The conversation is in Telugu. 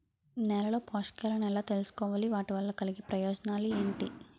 నేలలో పోషకాలను ఎలా తెలుసుకోవాలి? వాటి వల్ల కలిగే ప్రయోజనాలు ఏంటి?